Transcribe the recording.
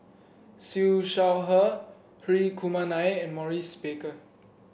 Siew Shaw Her Hri Kumar Nair and Maurice Baker